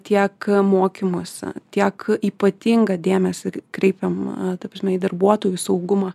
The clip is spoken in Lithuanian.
tiek mokymuose tiek ypatingą dėmesį kreipiam ta prasme į darbuotojų saugumą